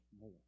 more